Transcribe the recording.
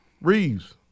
Reeves